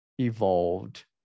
evolved